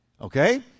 okay